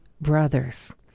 brothers